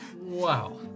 Wow